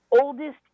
oldest